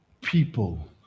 people